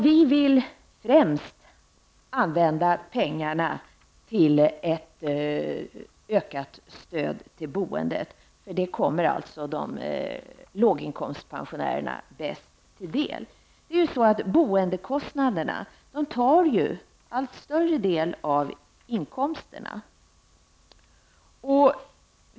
Vi vill främst använda pengarna till ett ökat stöd till boendet, för det kommer de låginkomstpensionärerna bäst till del. Boendekostnaden tar ju en allt större del av inkomsterna.